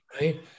right